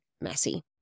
messy